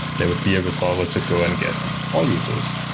there would be a resolver to go and get all users.